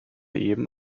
eben